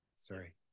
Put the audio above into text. Sorry